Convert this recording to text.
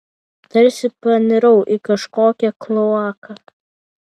tarsi panirau į kažkokią kloaką